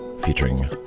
featuring